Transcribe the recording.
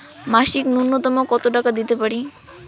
মাসিক নূন্যতম কত টাকা দিতে পারি?